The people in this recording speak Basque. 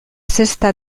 sexta